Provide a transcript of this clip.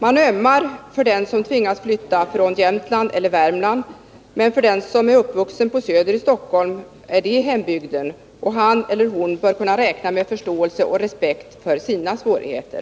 Man ömmar för den som tvingas flytta från Jämtland eller Värmland, men för den som är uppvuxen på Söder i Stockholm är det hembygden, och han eller hon bör kunna räkna med förståelse och respekt för sina svårigheter.